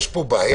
יש פה בעיה.